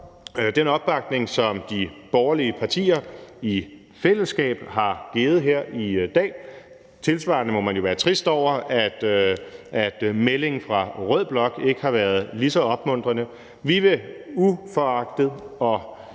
den opbakning, som de borgerlige partier i fællesskab har givet her i dag. Tilsvarende må man jo være trist over, at meldingen fra rød blok ikke har været lige så opmuntrende. Vi vil uopholdeligt